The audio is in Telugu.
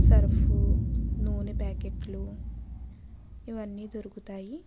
సర్ఫ్ నూనె ప్యాకెట్లు ఇవన్నీ దోరుకుతాయి